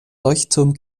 leuchtturm